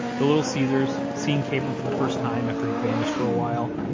the little caesar's, seeing kabrahm for the first time after he'd vanished for a while,